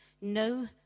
no